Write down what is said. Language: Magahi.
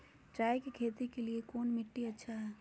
चाय की खेती के लिए कौन मिट्टी अच्छा हाय?